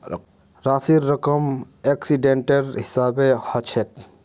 राशिर रकम एक्सीडेंटेर हिसाबे हछेक